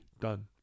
Done